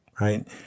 right